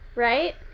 right